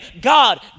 God